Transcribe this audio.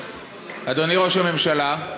אדוני ראש הממשלה,